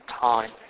time